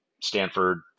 Stanford